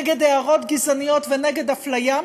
נגד הערות גזעניות ונגד אפליה,